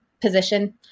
position